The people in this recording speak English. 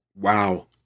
Wow